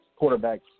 quarterbacks